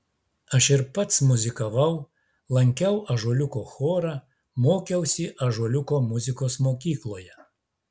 aš ir pats muzikavau lankiau ąžuoliuko chorą mokiausi ąžuoliuko muzikos mokykloje